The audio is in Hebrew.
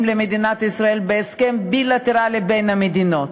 למדינת ישראל בהסכם בילטרלי בין המדינות,